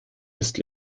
ist